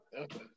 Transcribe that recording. Okay